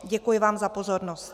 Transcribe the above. Děkuji vám za pozornost.